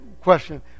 question